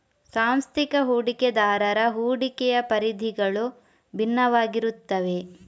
ಸಾಂಸ್ಥಿಕ ಹೂಡಿಕೆದಾರರ ಹೂಡಿಕೆಯ ಪರಿಧಿಗಳು ಭಿನ್ನವಾಗಿರುತ್ತವೆ